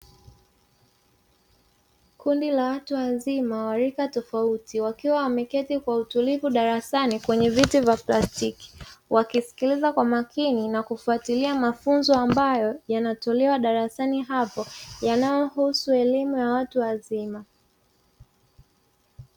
Kundi la watu wazima wa rika tofauti, wakiwa wameketi kwa utulivu darasani kwenye viti vya plastiki, wakisikiliza kwa makini na kufuatilia mafunzo ambayo yanatolewa darasani hapo, yanayohusu elimu ya watu wazima.